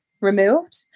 removed